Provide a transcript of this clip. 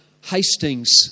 Hastings